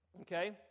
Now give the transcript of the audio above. Okay